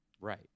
Right